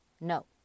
no